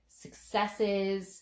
successes